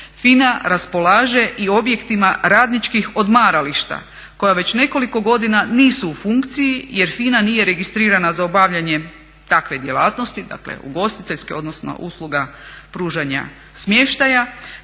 FINA raspolaže i objektima radničkih odmarališta koja već nekoliko godina nisu u funkciji jer FINA nije registrirana za obavljanje takve djelatnosti, dakle ugostiteljske odnosno usluga pružanja smještaja